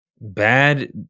Bad